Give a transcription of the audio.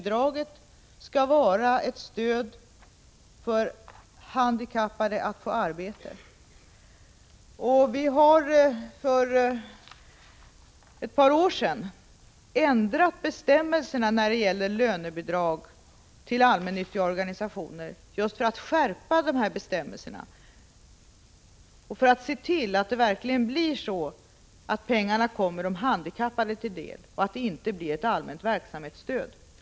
Det skall vara ett stöd för att bereda handikappade möjligheter att få arbete. För ett par år sedan skärptes därför bestämmelserna när det gäller lönebidrag till allmännyttiga organisationer för att säkerställa att pengarna verkligen kommer de handikappade till del och inte blir ett allmänt verksamhetsstöd.